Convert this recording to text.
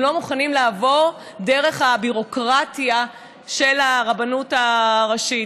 הם לא מוכנים לעבור דרך הביורוקרטיה של הרבנות הראשית.